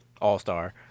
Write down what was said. All-Star